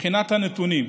מבחינת הנתונים,